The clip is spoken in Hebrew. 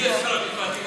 יהיה שר המשפטים,